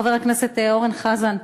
חבר הכנסת אורן חזן,